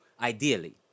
Ideally